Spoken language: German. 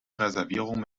reservierungen